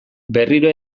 berriro